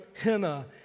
henna